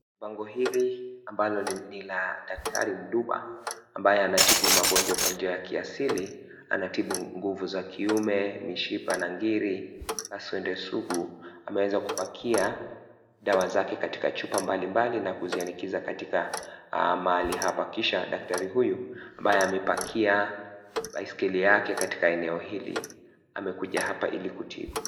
Bango hili ambalo ni la daktari Mduba, ambaye anatibu magongwa kwa njia ya kiasili, anatibu nguvu za kiume, mishipa na ngili kaswende sugu amewaza kupakia dawa zake katika chupa mbalimbali na kuzianikisha katika mahali hapa, kisha daktari huyu ambaye amepakia baiskeli yake katika eneo hili, amekuja hapa ili kutibu.